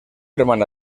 hermana